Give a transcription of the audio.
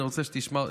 אני רוצה שתשמע,